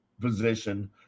position